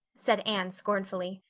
said anne scornfully.